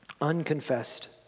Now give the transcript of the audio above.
unconfessed